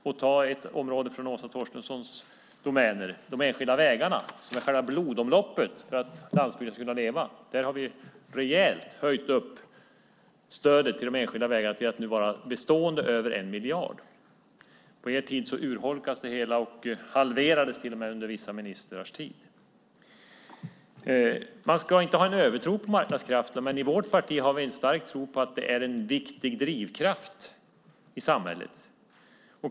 För att ta ett område från Åsa Torstenssons domäner: De enskilda vägarna är själva blodomloppet, som behövs för att landsbygden ska kunna leva. Vi har rejält höjt stödet till de enskilda vägarna, som nu bestående är över 1 miljard. På er tid urholkades det hela och halverades till och med under vissa ministrars tid. Man ska inte ha en övertro på marknadskrafterna, men i vårt parti har vi en stark tro på att de är en viktig drivkraft i samhället.